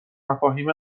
مفاهیم